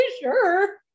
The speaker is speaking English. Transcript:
sure